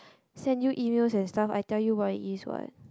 send you emails and stuff I tell you what it is what